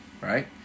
right